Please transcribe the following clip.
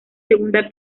segunda